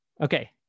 Okay